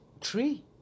three